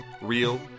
real